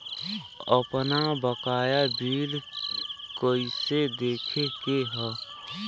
आपन बकाया बिल कइसे देखे के हौ?